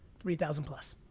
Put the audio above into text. three thousand plus.